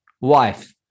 Wife